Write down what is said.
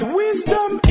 wisdom